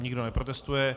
Nikdo neprotestuje.